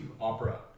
Opera